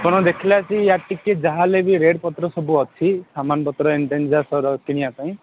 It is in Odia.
ଆପଣ ଦେଖିଲା ସି ଆଉ ଟିକେ ଯାହେଲେ ବି ରେଟ୍ ପତ୍ର ସବୁ ଅଛି ସାମାନ୍ ପତ୍ର ହେନ୍ଟେନ୍ ଯାହା କିଣିବା ପାଇଁ